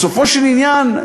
בסופו של עניין,